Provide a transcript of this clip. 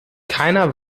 keiner